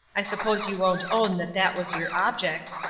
i suppose you won't own that that was your object.